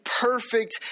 perfect